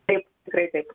taip tikrai taip